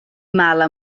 mala